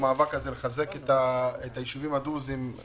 במאבק הזה, לחזק את הישובים הדרוזים.